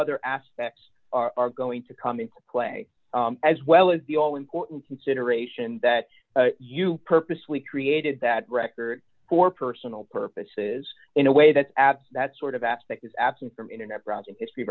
other aspects are going to come into play as well as the all important consideration that you purposely created that record for personal purposes in a way that adds that sort of aspect is absent from internet browsing history